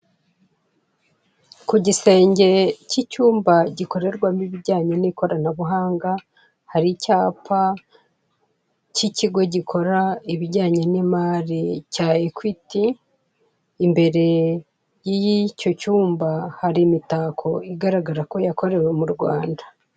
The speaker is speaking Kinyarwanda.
Ku gisenge cy'icyumba gikorerwamo ibijyanye n'ikoranabuhanga, hari icyapa cy'ikigo gikora ibijyanye n'imari cya ekwiti, imbere y'icyo cyumba hari imitako igaragara ko yakorewe mu Rwanda.